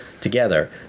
together